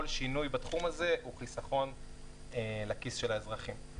כל שינוי בתחום הזה הוא חיסכון לכיס של האזרחים.